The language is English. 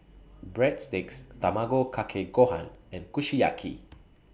Breadsticks Tamago Kake Gohan and Kushiyaki